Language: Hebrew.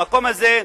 המקום הזה,